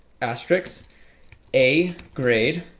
asterix a grade,